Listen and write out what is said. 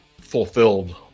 fulfilled